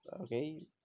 okay